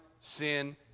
sin